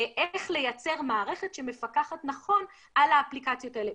איך לייצר מערכת שמפקחת נכון על האפליקציות האלה.